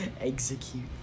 Execute